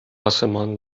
آسمان